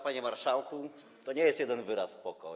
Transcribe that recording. Panie marszałku, to nie jest jeden wyraz, „poko”